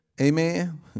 Amen